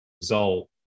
result